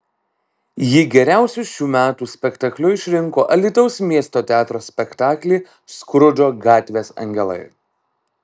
ji geriausiu šių metų spektakliu išrinko alytaus miesto teatro spektaklį skrudžo gatvės angelai